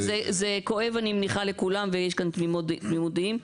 אני מניחה שזה כואב לכולם, ויש כאן תמימות דעים.